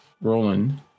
Roland